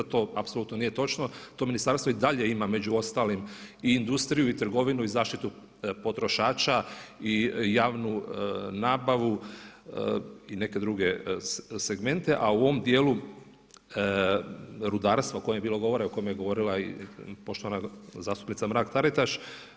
To apsolutno nije točno, to ministarstvo i dalje ima među ostalim i industriju i trgovinu i zaštitu potrošača i javnu nabavu i neke druge segmente a u ovom djelu rudarstva o kojem je bilo govora i o kome je govorila i poštovana zastupnica Mrak-Taritaš.